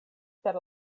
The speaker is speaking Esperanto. per